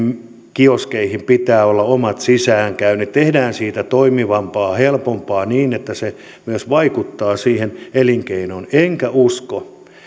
kioskeihin pitää olla omat sisäänkäynnit tehdään siitä toimivampaa helpompaa niin että se myös vaikuttaa siihen elinkeinoon enkä usko